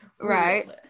right